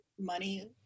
money